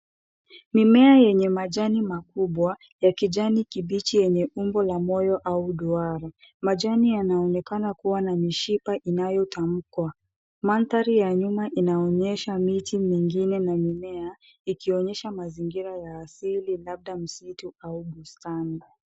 Mimea yenye majani makubwa ya kijani kibichi yenye umbo la moyo au duara. Majani yanaonekana kuwa na mishipa inayotamkwa. Mandhari ya nyuma inaonyesha miti mingine na mimea ikionyesha mazingira ya asili labda msitu au bustani.